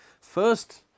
First